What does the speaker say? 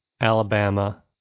Alabama